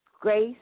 Grace